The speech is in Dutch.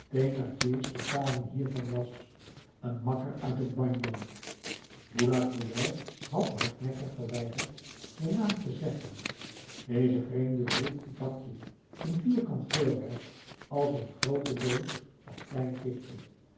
vertaling hiervan was een makker uit het bagno boulatruelle had hardnekkig geweigerd den naam te zeggen deze vreemde droeg een pakje een vierkant voorwerp als een groote doos of klein kistje